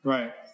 Right